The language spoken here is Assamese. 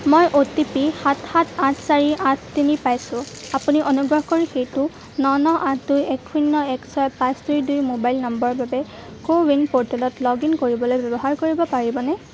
মই অ' টি পি সাত সাত আঠ চাৰি আঠ তিনি পাইছোঁ আপুনি অনুগ্ৰহ কৰি সেইটো ন ন আঠ দুই এক শূণ্য় এক ছয় পাঁচ দুই দুই মোবাইল নম্বৰৰ বাবে কোৱিন প'ৰ্টেলত লগ ইন কৰিবলৈ ব্যৱহাৰ কৰিব পাৰিবনে